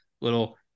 little